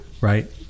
Right